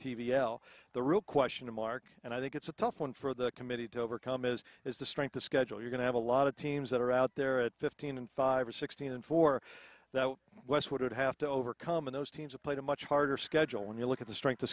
l the real question mark and i think it's a tough one for the committee to overcome is is the strength of schedule you're going to have a lot of teams that are out there at fifteen and five or sixteen and four that west would have to overcome and those teams have played a much harder schedule when you look at the strength